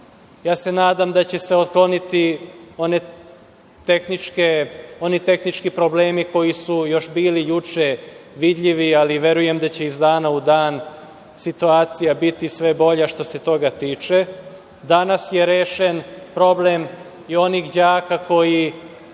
Ja se nadam da će se otkloniti oni tehnički problemi koji su bili još juče vidljivi, ali verujem da će iz dana u dan situacija biti sve bolja što se toga tiče. Danas je rešen problem i onih đaka koji,